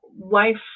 life